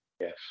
Yes